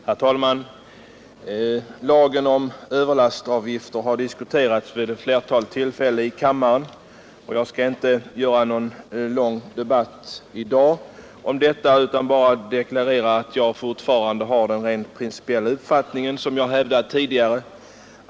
Herr talman! Lagen om överlastavgift har diskuterats vid ett flertal tillfällen i kammaren, och jag skall inte inleda någon lång debatt i dag utan bara deklarera att jag fortfarande har den rent principiella uppfattning som jag hävdat tidigare.